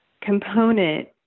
component